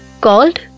called